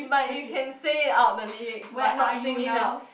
but you can say out the lyrics but not sing it out